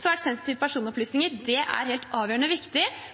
svært sensitive personopplysninger, er helt avgjørende